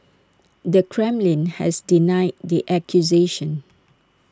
the Kremlin has denied the accusations